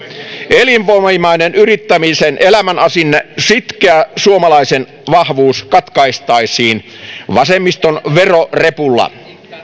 elinvoimainen yrittämisen elämänasenne sitkeä suomalaisen vahvuus katkaistaisiin vasemmiston verorepulla